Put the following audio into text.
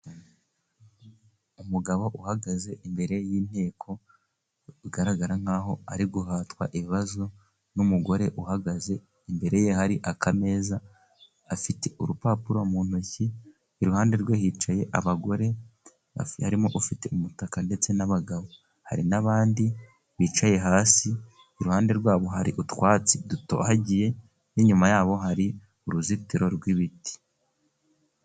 Umugabo uhagaze imbere y'inteko, bigaragara nk'aho ari guhatwa ibibazo n'umugore uhagaze. Imbere ye hari akameza. Afite urupapuro mu ntoki, iruhande rwe hicaye abagore. Hafi harimo ufite umutaka ndetse n'abagabo. Hari n'abandi bicaye hasi, iruhande rwabo hari utwatsi dutohagiye n'inyuma yabo hari uruzitiro rw'ibiti.